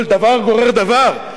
אבל דבר גורר דבר,